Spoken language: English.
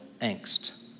angst